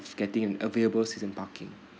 getting an available season parking